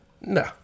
No